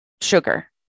sugar